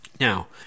Now